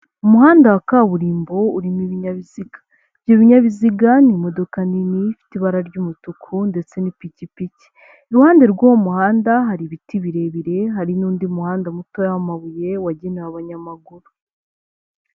Umuhanda wa kaburimbo urimo ibinyabiziga, ibyo binyabiziga ni imodoka nini ifite ibara ry'umutuku ndetse n'ipikipiki. Iruhande rw'uwo muhanda hari ibiti birebire, hari n'undi muhanda muto w'amabuye wagenewe abanyamaguru.